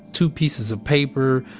two pieces of paper,